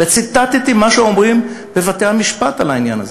וציטטתי מה שאומרים בבתי-המשפט על העניין הזה.